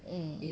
mm